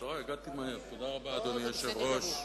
אדוני היושב-ראש,